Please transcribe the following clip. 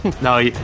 No